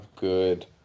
good